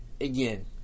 again